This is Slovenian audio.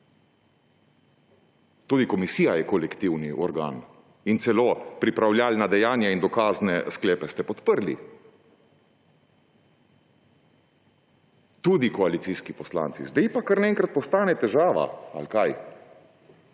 Tudi komisija je kolektivni organ. In celo pripravljalna dejanja in dokazne sklepe ste podprli tudi koalicijski poslanci. Sedaj pa kar naenkrat postane težava ali kaj?!